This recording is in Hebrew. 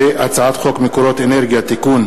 הצעת חוק מקורות אנרגיה (תיקון),